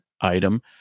item